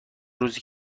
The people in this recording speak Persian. روزی